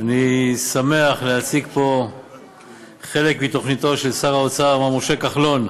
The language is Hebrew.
אני שמח להציג פה חלק מתוכניתו של שר האוצר מר משה כחלון,